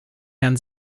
herrn